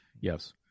Yes